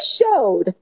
showed